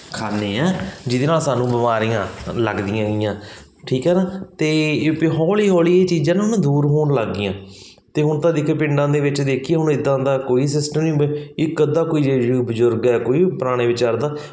ਖਾਨੇ ਐ ਜਿਹਦੇ ਨਾਲ ਸਾਨੂੰ ਬਿਮਾਰੀਆਂ ਲੱਗਦੀਆਂ ਹੈਗੀਆਂ ਠੀਕ ਹੈ ਨਾ ਅਤੇ ਹੌਲੀ ਹੌਲੀ ਇਹ ਚੀਜ਼ਾਂ ਨਾਂ ਦੂਰ ਹੋਣ ਲੱਗ ਗਈਆਂ ਅਤੇ ਹੁਣ ਤਾਂ ਦੇਖੀਏ ਪਿੰਡਾਂ ਦੇ ਵਿੱਚ ਦੇਖੀਏ ਹੁਣ ਇੱਦਾਂ ਦਾ ਕੋਈ ਸਿਸਟਮ ਨਹੀਂ ਵੀ ਇੱਕ ਅੱਧਾ ਕੋਈ ਜੇ ਬਜ਼ੁਰਗ ਹੈ ਕੋਈ ਪੁਰਾਣੇ ਵਿਚਾਰ ਦਾ